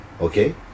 Okay